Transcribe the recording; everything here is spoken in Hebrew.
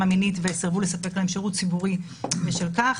המינית וסירבו לספק להם שירות ציבורי בשל כך,